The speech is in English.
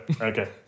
Okay